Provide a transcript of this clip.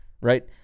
right